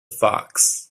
fox